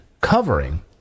covering